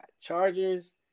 Chargers